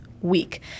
week